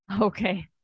Okay